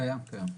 קיים, קיים.